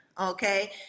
okay